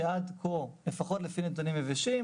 שעד כה לפחות לפי נתונים יבשים,